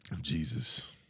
Jesus